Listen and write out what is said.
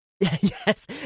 Yes